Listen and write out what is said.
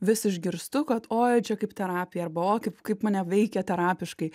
vis išgirstu kad oi čia kaip terapija arba o kaip kaip mane veikia terapiškai